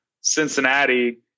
Cincinnati